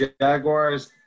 Jaguars